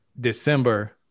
December